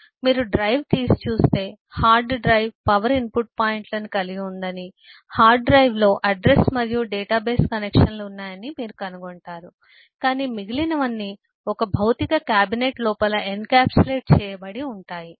కాబట్టి మీరు డ్రైవ్ తీసి చూస్తే హార్డ్ డ్రైవ్ పవర్ ఇన్పుట్ పాయింట్లను కలిగి ఉందని హార్డ్ డ్రైవ్ లో అడ్రస్ మరియు డేటాబేస్ కనెక్షన్లు ఉన్నాయని మీరు కనుగొంటారు కానీ మిగిలినవన్నీ ఒక భౌతిక క్యాబినెట్ లోపల ఎన్క్యాప్సులేట్ చేయబడి ఉంటాయి